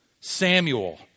Samuel